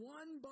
one